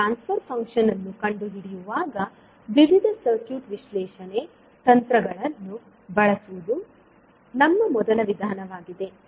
ನಾವು transfer function ಅನ್ನು ಕಂಡುಹಿಡಿಯುವಾಗ ವಿವಿಧ ಸರ್ಕ್ಯೂಟ್ ವಿಶ್ಲೇಷಣೆ ತಂತ್ರಗಳನ್ನು ಬಳಸುವುದು ನಮ್ಮ ಮೊದಲ ವಿಧಾನವಾಗಿದೆ